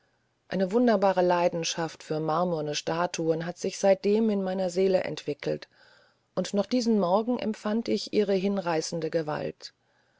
eine wunderbare leidenschaft für marmorne statuen hat sich seitdem in meiner seele entwickelt und noch diesen morgen empfand ich ihre hinreißende gewalt